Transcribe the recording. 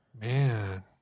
man